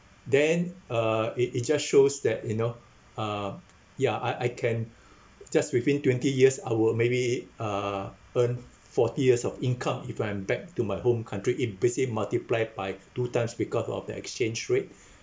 then uh it it just shows that you know uh ya I I can just within twenty years I will maybe uh earn forty years of income if I'm back to my home country implicit multiplied by two times because of the exchange rates